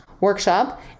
workshop